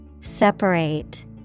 Separate